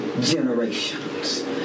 generations